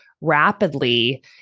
rapidly